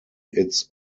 its